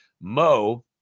Mo